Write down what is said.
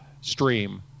stream